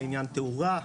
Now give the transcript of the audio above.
לעניין תאורה,